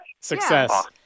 Success